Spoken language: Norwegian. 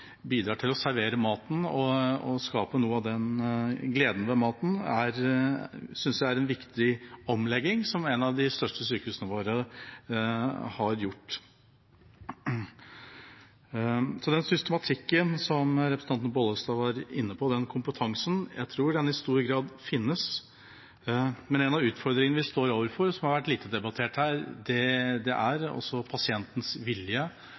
bidrar med å servere maten og skape noe av gleden ved maten – synes jeg er en viktig omlegging ved et av de største sykehusene våre. Så den systematikken som representanten Bollestad var inne på, den kompetansen, tror jeg i stor grad finnes. En av utfordringene vi står overfor, og som har vært lite debattert her, er pasientens vilje, de ansattes deltakelse og tolkningen av begrepet «tvang». Det er